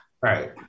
Right